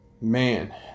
man